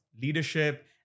leadership